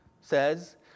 says